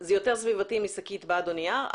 זה יותר סביבתי משקית בד או נייר,